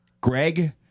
Greg